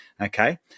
Okay